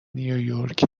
نیویورک